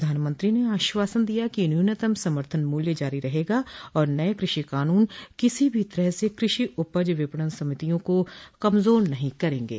प्रधानमंत्री ने आश्वासन दिया कि न्यूनतम समर्थन मूल्य जारी रहेगा और नए कृषि कानून किसी भी तरह से कृषि उपज विपणन समितियों को कमजोर नहीं करेंगे